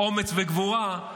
אומץ וגבורה,